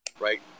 right